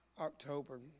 October